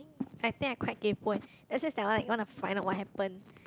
I think I quite kaypoh eh that's just that I like want you know find out what happen